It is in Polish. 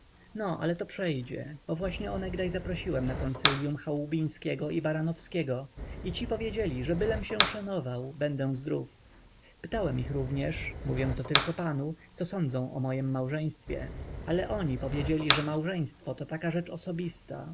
no ale to przejdzie bo właśnie onegdaj zaprosiłem na konsylium chałubińskiego i baranowskiego i ci powiedzieli że bylem się szanował będę zdrów pytałem ich również mówię to tylko panu co sądzą o mojem małżeństwie ale oni powiedzieli że małżeństwo to taka rzecz osobista